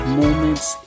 moments